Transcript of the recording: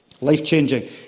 Life-changing